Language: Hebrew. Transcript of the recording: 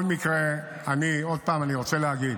בכל מקרה, עוד פעם, אני רוצה להגיד,